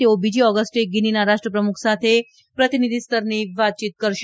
તેઓ બીજી ઓગસ્ટે ગીનીના રાષ્ટ્રપ્રમુખ સાથે પ્રતિનિધીસ્તરની વાતયીત કરશે